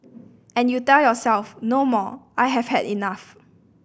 and you tell yourself no more I have had enough